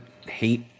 hate